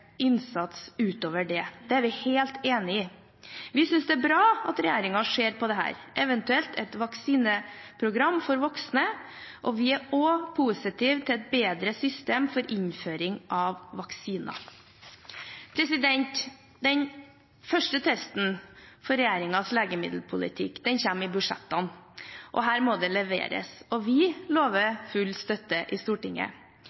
innsats utover det, det er vi helt enig i. Vi synes det er bra at regjeringen ser på dette, eventuelt et vaksineprogram for voksne, og vi er også positive til et bedre system for innføring av vaksiner. Den første testen for regjeringens legemiddelpolitikk kommer i budsjettene. Her må det leveres. Vi lover full støtte i Stortinget.